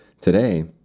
Today